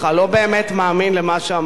לא באמת מאמין למה שאמרת.